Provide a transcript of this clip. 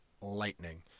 Lightning